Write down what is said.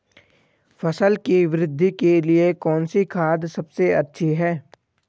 फसल की वृद्धि के लिए कौनसी खाद सबसे अच्छी है?